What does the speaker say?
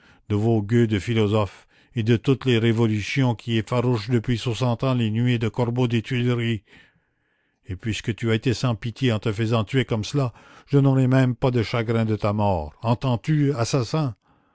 de vos gueux de philosophes et de toutes les révolutions qui effarouchent depuis soixante ans les nuées de corbeaux des tuileries et puisque tu as été sans pitié en te faisant tuer comme cela je n'aurai même pas de chagrin de ta mort